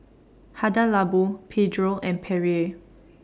Hada Labo Pedro and Perrier